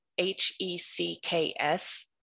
H-E-C-K-S